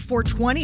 420